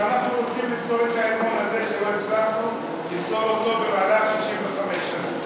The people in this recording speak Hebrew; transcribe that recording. שאנחנו רוצים ליצור את האמון הזה שלא הצלחנו ליצור במהלך 65 שנה.